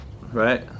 right